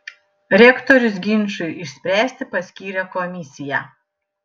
rektorius ginčui išspręsti paskyrė komisiją